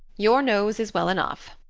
your nose is well enough,